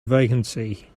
vacancy